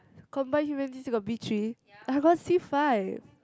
combined humanities you got B three I got C five